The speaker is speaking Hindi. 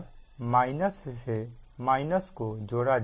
इसी प्रकार को से जोड़ा जाएगा